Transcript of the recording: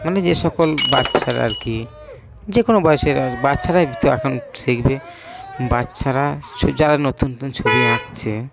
মানে যে সকল বাচ্চারা আর কি যে কোনো বয়সের আর বাচ্চারাই তো এখন শিখবে বাচ্চারা ছো যারা নতুন নতুন ছবি আঁকছে